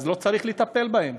אז לא צריך לטפל בהם?